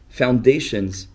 foundations